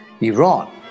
Iran